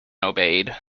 obeyed